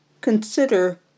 consider